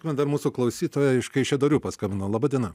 man dar mūsų klausytoja iš kaišiadorių paskambino laba diena